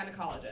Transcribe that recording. gynecologist